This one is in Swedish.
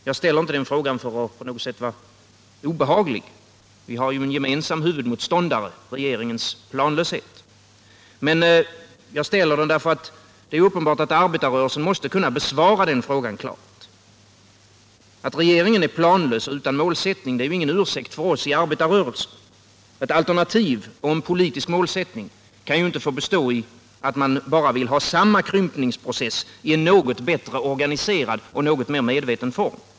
Jag ställer inte den frågan för att på något sätt vara obehaglig — vi har ju en gemensam huvudmotståndare, regeringens planlöshet — utan därför att det är uppenbart att arbetarrörelsen måste kunna besvara den frågan klart. Att regeringen är planlös och utan mål är ju ingen ursäkt för oss inom arbetarrörelsen. Ett alternativ och ett politiskt mål kan ju inte få bestå i att man bara vill ha samma krympningsprocess i en något bättre organiserad och något mer medveten form.